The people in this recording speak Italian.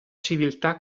civiltà